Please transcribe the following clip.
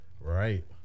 right